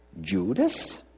Judas